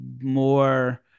more